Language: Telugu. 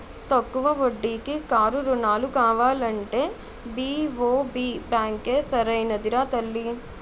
తక్కువ వడ్డీకి కారు రుణాలు కావాలంటే బి.ఓ.బి బాంకే సరైనదిరా తల్లీ